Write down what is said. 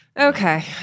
Okay